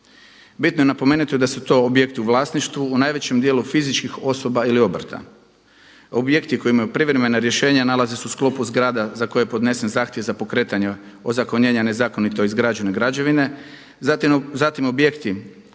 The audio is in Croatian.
Bitno je napomenuti da su to objekti u vlasništvu u najvećem dijelu fizičkih osoba ili obrta. Objekti koji imaju privremena rješenja nalaze se u sklopu zgrada za koje je podnesen zahtjev za pokretanje ozakonjenja nezakonito izgrađene građevine, zatim objekti